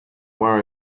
worry